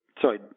Sorry